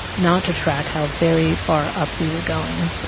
not to track how very far up we were going.